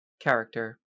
character